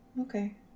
Okay